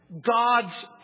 God's